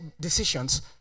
decisions